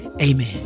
Amen